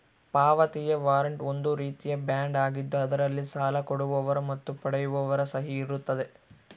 ಪಾವತಿಯ ವಾರಂಟ್ ಒಂದು ರೀತಿಯ ಬಾಂಡ್ ಆಗಿದ್ದು ಅದರಲ್ಲಿ ಸಾಲ ಕೊಡುವವರ ಮತ್ತು ಪಡೆಯುವವರ ಸಹಿ ಇರುತ್ತದೆ